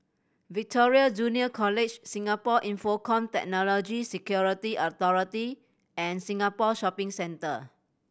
Victoria Junior College Singapore Infocomm Technology Security Authority and Singapore Shopping Centre